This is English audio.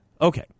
Okay